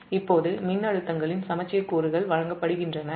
இப்போதுமின்னழுத்தங்களின் சமச்சீர் கூறுகள் வழங்கப்படுகின்றன